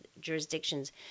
jurisdictions